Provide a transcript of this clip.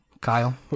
Kyle